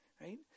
right